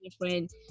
Different